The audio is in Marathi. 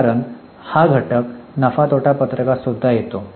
कारण हा घटक नफा तोटा पत्रकात सुद्धा येतो